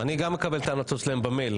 אני גם מקבל את ההמלצות שלהם במייל,